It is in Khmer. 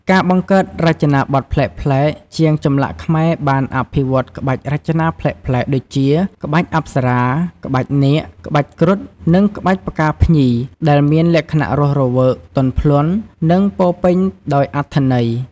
ការបង្កើតរចនាបថប្លែកៗ ជាងចម្លាក់ខ្មែរបានអភិវឌ្ឍក្បាច់រចនាប្លែកៗ ដូចជាក្បាច់អប្សរា ក្បាច់នាគ ក្បាច់គ្រុឌ និងក្បាច់ផ្កាភ្ញី ដែលមានលក្ខណៈរស់រវើក ទន់ភ្លន់ និងពោរពេញដោយអត្ថន័យ។